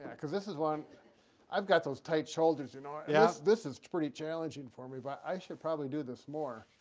cuz this is one i've got those tight shoulders, you know. yeah this is pretty challenging for me, but i should probably do this more.